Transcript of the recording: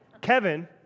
Kevin